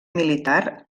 militar